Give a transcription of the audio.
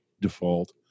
default